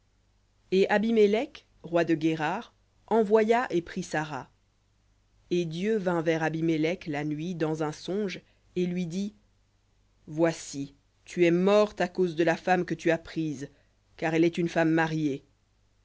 et abimélec roi de guérar envoya et prit sara et dieu vint vers abimélec la nuit dans un songe et lui dit voici tu es mort à cause de la femme que tu as prise car elle est une femme mariée